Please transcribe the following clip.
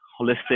holistic